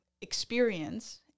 experience